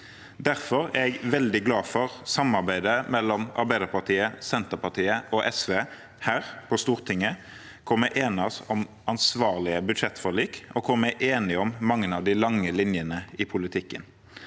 Derfor er jeg veldig glad for samarbeidet mellom Arbeiderpartiet, Senterpartiet og SV her på Stortinget, hvor vi enes om ansvarlige budsjettforlik, og hvor vi er enige om mange av de lange linjene i politikken: